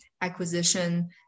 acquisition